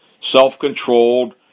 self-controlled